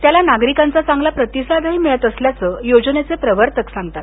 त्याला नागरिकांचा चांगला प्रतिसादही मिळत असल्याच योजनेचे प्रवर्तक सांगतात